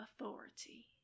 authority